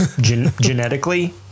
genetically